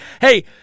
Hey